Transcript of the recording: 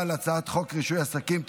בגלל שזה החוק, זה החוק של רישוי עסקים.